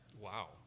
Wow